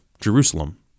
Jerusalem